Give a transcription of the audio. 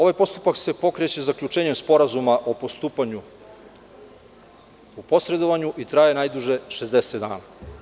Ovaj postupak se pokreće zaključenjem sporazuma o postupanju u posredovanju i traje najduže 60 dana.